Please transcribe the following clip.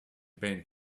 paint